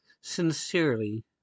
Sincerely